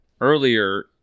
Earlier